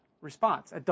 response